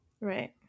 Right